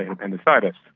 appendicitis.